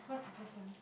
what's the first one